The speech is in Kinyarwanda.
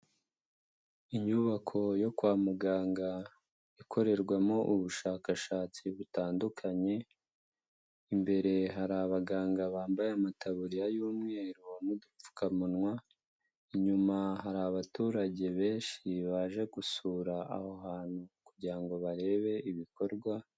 Inyubako yo kwa muganga ikorerwamo ubushakashatsi butandukanye, imbere hari abaganga bambaye amataburiya y'umweru n'udupfukamunwa. Inyuma hari abaturage benshi baje gusura aho hantu kugira ngo barebe ibikorwa.